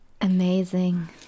Amazing